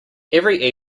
every